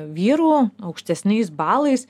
vyrų aukštesniais balais